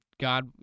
God